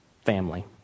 family